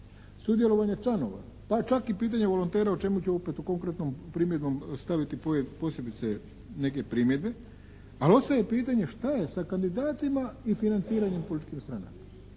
Sudjelovanje članova pa čak i pitanje volontera o čemu ću opet konkretnom primjedbom staviti posebice neke primjedbe. Ali ostaje pitanje šta je sa kandidatima i financiranjem političkih stranaka.